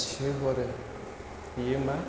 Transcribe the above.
बियो मा